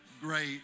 great